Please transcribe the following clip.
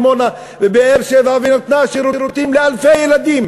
דימונה ובאר-שבע ונתנה שירותים לאלפי ילדים